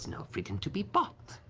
no freedom to be bought.